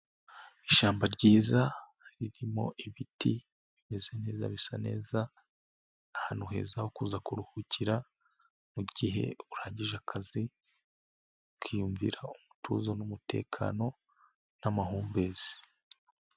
Ishyamba ryiza ririmo ibiti bimeze neza bisa neza, ahantu heza ho kuza kuruhukira mug ihe urangije akazi ukiyumvira umutuzo n'umutekano n'amahumbezi.